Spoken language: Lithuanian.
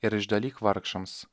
ir išdalyk vargšams